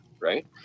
right